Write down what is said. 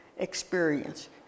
experience